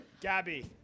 Gabby